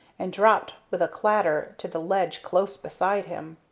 and dropped with a clatter to the ledge close beside him.